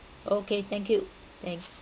okay thank you thank